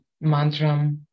mantra